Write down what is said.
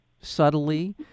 subtly